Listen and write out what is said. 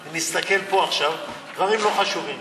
אני מתסכל פה עכשיו על דברים לא חשובים: